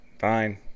Fine